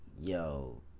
yo